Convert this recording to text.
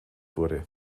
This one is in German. wurde